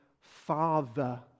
Father